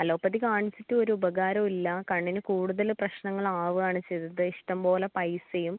allopathy കാണിച്ചിട്ട് ഒരു ഉപകാരവും ഇല്ല കണ്ണിന് കൂടുതൽ പ്രശ്നങ്ങളാവുകയാണ് ചെയ്തത് ഇഷ്ടം പോലെ പൈസയും